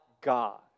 God